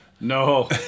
No